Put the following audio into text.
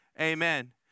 amen